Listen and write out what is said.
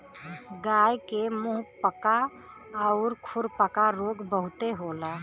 गाय के मुंहपका आउर खुरपका रोग बहुते होला